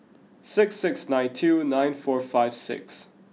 six six nine two nine four five six